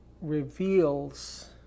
reveals